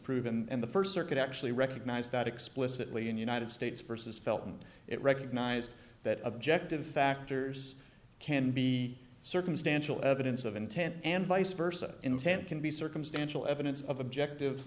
prove and the first circuit actually recognized that explicitly in united states persons felt and it recognized that objective factors can be circumstantial evidence of intent and vice versa intent can be circumstantial evidence of objective